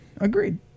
Agreed